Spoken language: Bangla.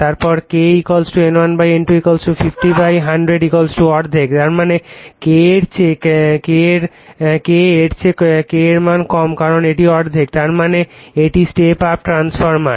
তারপর K N1 N2 50 100 অর্ধেক এর মানে K এর চেয়ে কম K এর চেয়ে কম কারণ এটি অর্ধেক তার মানে এটি স্টেপ আপ ট্রান্সফরমার